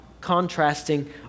contrasting